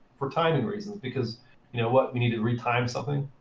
for timing reasons. because you know what, we need to retime something.